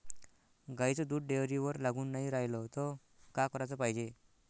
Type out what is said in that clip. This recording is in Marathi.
गाईचं दूध डेअरीवर लागून नाई रायलं त का कराच पायजे?